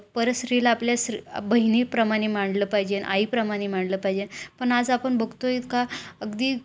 परस्त्रीला आपल्या स्र बहिणीप्रमाणे मानलं पाहिजे आईप्रमाणे मानलं पाहिजे पण आज आपण बघतो आहे का अगदी